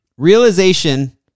Realization